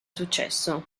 successo